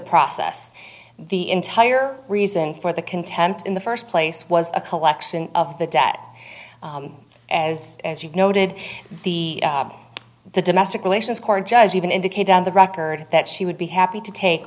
process the entire reason for the contempt in the first place was a collection of the debt as as you've noted the the domestic relations court judge even indicated on the record that she would be happy to take